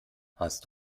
hast